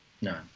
no